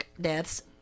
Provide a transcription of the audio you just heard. deaths